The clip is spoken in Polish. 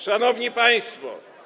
Szanowni Państwo!